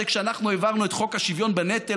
כשאנחנו העברנו את חוק השוויון בנטל,